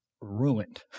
ruined